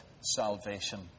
salvation